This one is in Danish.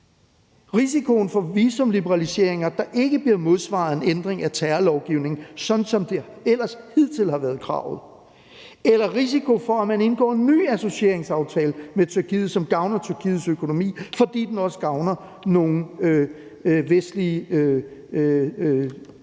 risikoen for visumliberaliseringer, der ikke bliver modsvaret af en ændring af terrorlovgivningen, sådan som det ellers hidtil har været kravet, eller risikoen for, at man indgår en ny associeringsaftale med Tyrkiet, som gavner Tyrkiets økonomi, fordi den også gavner nogle vestlige